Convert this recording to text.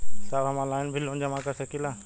साहब हम ऑनलाइन भी लोन जमा कर सकीला?